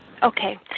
Okay